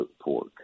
pork